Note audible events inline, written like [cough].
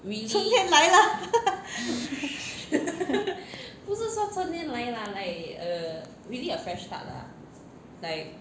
春天来了 [laughs]